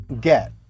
get